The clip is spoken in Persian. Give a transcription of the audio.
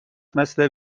مثل